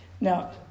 Now